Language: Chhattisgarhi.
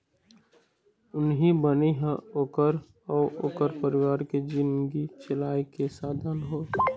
उहीं बनी ह ओखर अउ ओखर परिवार के जिनगी चलाए के साधन होथे